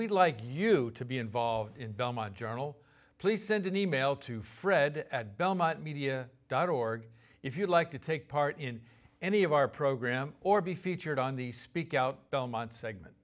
we'd like you to be involved in belmont journal please send an e mail to fred at belmont media dot org if you'd like to take part in any of our program or be featured on the speak out belmont segment